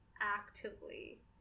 actively